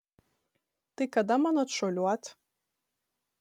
tai kada man atšuoliuot